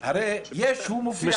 שלא מעט אנשים שהם לא פוליטיקאים,